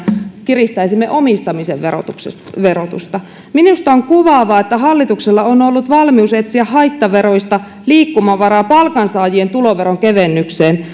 kiristäimme omistamisen verotusta verotusta minusta on kuvaavaa että hallituksella on on ollut valmius etsiä haittaveroista liikkumavaraa palkansaajien tuloveron kevennykseen